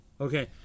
okay